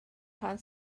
pan